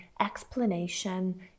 explanation